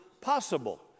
possible